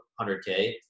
100K